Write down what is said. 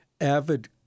avid